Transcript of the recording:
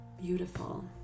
Beautiful